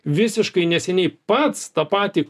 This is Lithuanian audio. visiškai neseniai pats tą patį